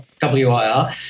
W-I-R